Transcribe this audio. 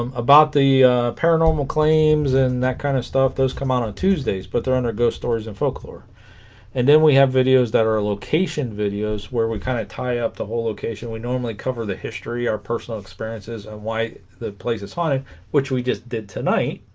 um about the paranormal claims and that kind of stuff those come out on tuesdays but they're under ghost stories and folklore and then we have videos that are location videos where we kind of tie up the whole location we normally cover the history our personal experiences and why the place it's funny which we just did tonight